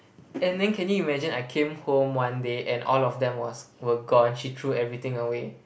and then can you imagine I came home one day and all of them was were gone she threw everything away